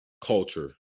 culture